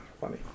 funny